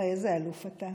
איזה אלוף אתה.